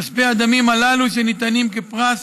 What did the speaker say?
כספי הדמים הללו, שניתנים כפרס